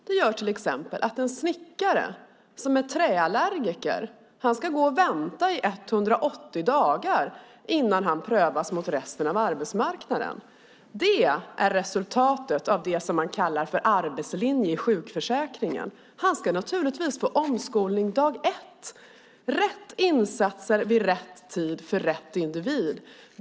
Det här gör till exempel att en snickare som är träallergiker ska vänta i 180 dagar innan han prövas mot resten av arbetsmarknaden. Det är resultatet av det som man kallar för arbetslinje i sjukförsäkringen. Han ska naturligtvis få omskolning dag 1. Det ska vara rätt insatser vid rätt tid för rätt individ.